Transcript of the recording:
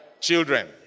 Children